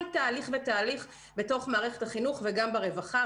תהליך ותהליך בתוך מערכת החינוך ובתוך הרווחה.